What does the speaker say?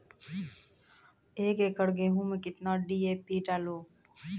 एक एकरऽ गेहूँ मैं कितना डी.ए.पी डालो?